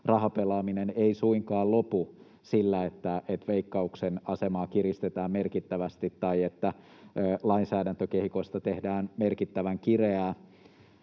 rahapelaaminen ei suinkaan lopu sillä, että Veikkauksen asemaa kiristetään merkittävästi tai että lainsäädäntökehikosta tehdään merkittävän kireää.